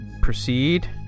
proceed